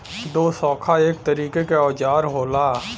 दोशाखा एक तरीके के औजार होला